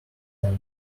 tank